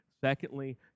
Secondly